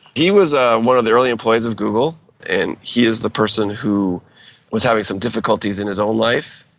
he was ah one of the early employees of google and he is the person who was having some difficulties in his own life,